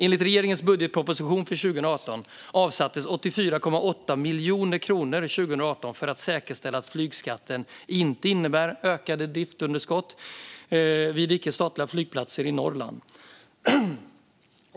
Enligt regeringens budgetproposition för 2018 avsattes 84,8 miljoner kronor 2018 för att säkerställa att flygskatten inte innebär ökade driftsunderskott vid icke-statliga flygplatser i Norrland.